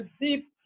deep